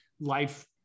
life